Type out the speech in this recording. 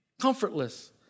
comfortless